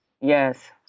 Yes